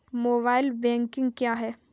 Mobile banking क्या है?